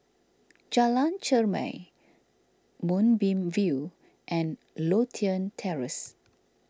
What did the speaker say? Jalan Chermai Moonbeam View and Lothian Terrace